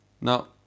Now